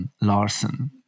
Larson